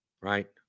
Right